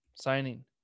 signing